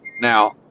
Now